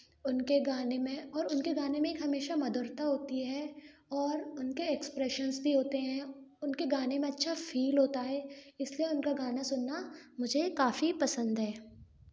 उनके गाने में और उनके गाने में एक हमेशा मधुरता होती है और उनके एक्सप्रेशंस भी होते हैं उनके गाने में अच्छा फ़ील होता है इसलिए उनका गाना सुनना मुझे काफ़ी पसंद है